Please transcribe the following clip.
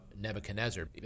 Nebuchadnezzar